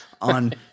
on